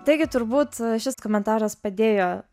taigi turbūt šis komentaras padėjo